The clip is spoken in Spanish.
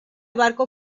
barco